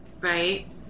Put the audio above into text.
Right